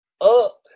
up